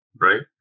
right